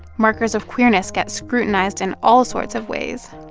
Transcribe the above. markers of queerness get scrutinized in all sorts of ways